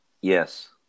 Yes